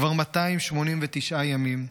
כבר 289 ימים,